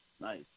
nice